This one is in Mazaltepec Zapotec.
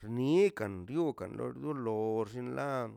xnikan diokan dol- dolo xllin ḻan.